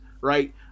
right